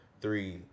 Three